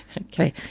Okay